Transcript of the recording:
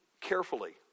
carefully